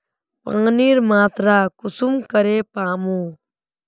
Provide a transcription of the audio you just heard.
पानीर मात्रा कुंसम करे मापुम?